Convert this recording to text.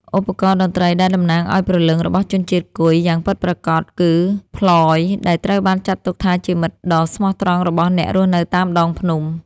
ឧបករណ៍តន្ត្រីដែលតំណាងឲ្យព្រលឹងរបស់ជនជាតិគុយយ៉ាងពិតប្រាកដគឺ ផ្លយ ដែលត្រូវបានចាត់ទុកថាជាមិត្តដ៏ស្មោះត្រង់របស់អ្នករស់នៅតាមដងភ្នំ។